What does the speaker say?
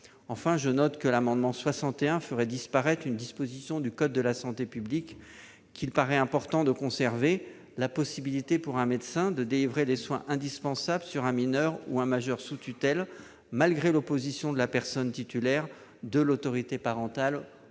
Enfin, je note que l'adoption de l'amendement n° 61 rectifié ferait disparaître une disposition du code de la santé publique qu'il paraît important de conserver : la possibilité, pour un médecin, de délivrer les soins indispensables sur un mineur ou un majeur sous tutelle, malgré l'opposition de la personne titulaire de l'autorité parentale